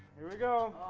here we go!